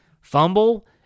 fumble